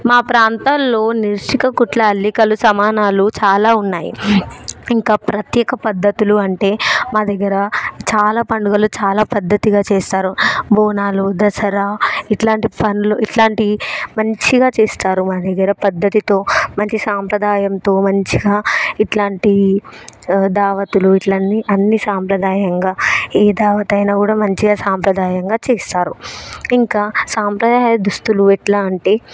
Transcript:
మా ప్రాంతాల్లో నిర్షిక కుట్ల అల్లికలు సమానాలు చాలా ఉన్నాయి ఇంకా ప్రత్యేక పద్ధతులు అంటే మా దగ్గర చాలా పండుగలు చాలా పద్ధతిగా చేస్తారు బోనాలు దసరా ఇలాంటి పనులు ఇలాంటివి మంచిగా చేస్తారు మా దగ్గర పద్ధతితో మంచి సాంప్రదాయంతో మంచిగా ఇట్లాంటి దావతులు ఇట్లా అన్ని సాంప్రదాయంగా ఏ దావత్ అయినా కూడా మంచిగా సాంప్రదాయంగా చేస్తారు ఇంకా సాంప్రదాయ దుస్తులు ఎట్లా అంటే